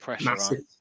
massive